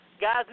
Guys